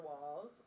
walls